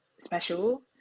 special